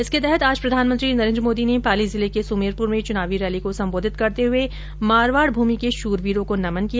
इसके तहत आज प्रधानमंत्री नरेन्द्र मोदी ने पाली जिले के सुमेरपुर में चुनावी रैली को संबोधित करते हुए मारवाड भूमि के शूरवीरों को नमन किया